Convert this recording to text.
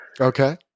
Okay